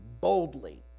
boldly